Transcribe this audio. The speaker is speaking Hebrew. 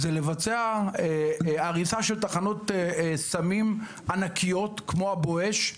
לבצע הריסה של תחנות סמים ענקיות כמו אבו עייש,